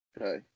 Okay